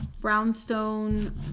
Brownstone